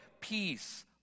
peace